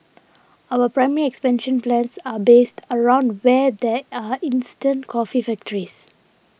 our primary expansion plans are based around where there are instant coffee factories